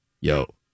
yo